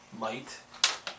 light